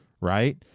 Right